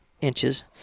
inches